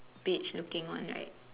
beige looking one right